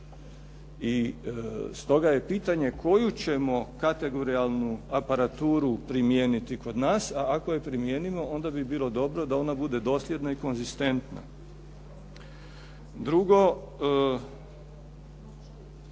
I stoga je pitanje koju ćemo kategorijalnu aparaturu primijeniti kod nas, a ako je primijenimo, onda bi bilo dobro da ona bude dosljedna i konzistentna. Drugo,